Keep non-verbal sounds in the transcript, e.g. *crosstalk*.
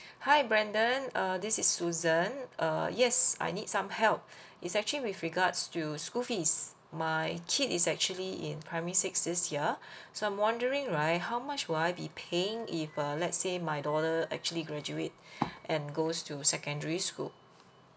hi brandon uh this is susan err yes I need some help *breath* it's actually with regards to school fees my kid is actually in primary six this year *breath* so I'm wondering right how much will I be paying if uh let's say my daughter actually graduate *breath* and goes to secondary school